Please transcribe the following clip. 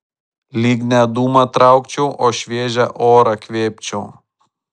lyg ne dūmą traukčiau o šviežią orą kvėpčiau